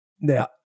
Now